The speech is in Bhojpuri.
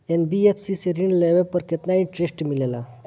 एन.बी.एफ.सी से ऋण लेने पर केतना इंटरेस्ट मिलेला?